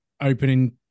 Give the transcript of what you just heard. opening